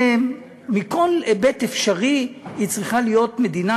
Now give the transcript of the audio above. ומכל היבט אפשרי היא צריכה להיות מדינה